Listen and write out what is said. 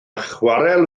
chwarel